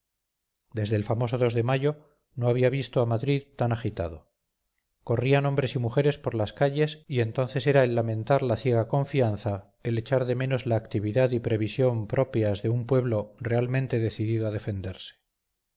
desde el famoso de mayo no había visto a madrid tan agitado corrían hombres y mujeres por las calles y entonces era el lamentar la ciega confianza el echar de menos la actividad y previsión propias de un pueblo realmente decidido a defenderse